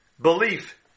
belief